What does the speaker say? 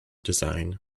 design